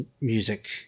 music